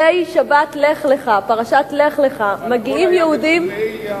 מדי שבת פרשת לך לך, הכול היה בתחומי,